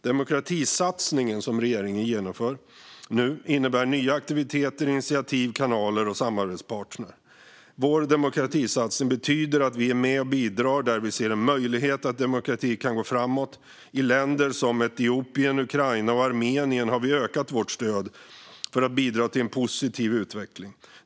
Den demokratisatsning som regeringen nu genomför innebär nya aktiviteter, initiativ, kanaler och samarbetspartner. Vår demokratisatsning betyder att vi är med och bidrar där vi ser en möjlighet att demokratin kan gå framåt. I länder som Etiopien, Ukraina och Armenien har vi ökat vårt stöd för att bidra till en positiv utveckling.